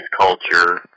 culture